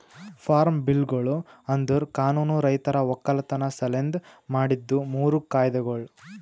form ಬಿಲ್ಗೊಳು ಅಂದುರ್ ಕಾನೂನು ರೈತರ ಒಕ್ಕಲತನ ಸಲೆಂದ್ ಮಾಡಿದ್ದು ಮೂರು ಕಾಯ್ದೆಗೊಳ್